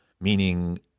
meaning